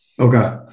Okay